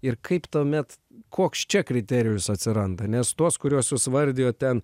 ir kaip tuomet koks čia kriterijus atsiranda nes tuos kuriuos vardijo ten